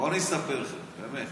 בוא אני אספר לך, באמת.